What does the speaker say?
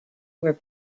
were